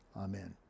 Amen